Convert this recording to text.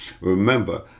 Remember